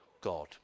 God